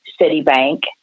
Citibank